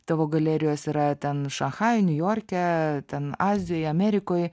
tavo galerijos yra ten šanchajuj niujorke ten azijoje amerikoj